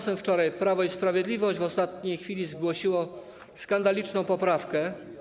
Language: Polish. Tymczasem wczoraj Prawo i Sprawiedliwość w ostatniej chwili zgłosiło skandaliczną poprawkę.